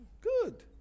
Good